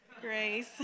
Grace